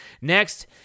Next